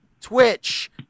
Twitch